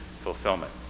fulfillment